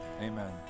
amen